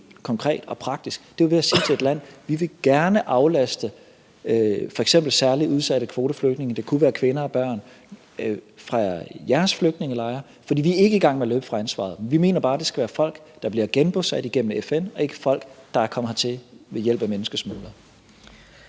konkret og praktisk er jo ved at sige til et land, at vi gerne vil aflaste f.eks. særlig udsatte kvoteflygtninge – det kunne være kvinder og børn – fra deres flygtningelejre. Vi er ikke i gang med at løbe fra ansvaret. Vi mener bare, det skal være folk, der bliver genbosat igennem FN, og ikke folk, der er kommet hertil ved hjælp af menneskesmuglere.